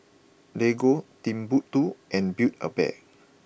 Lego Timbuk two and Build A Bear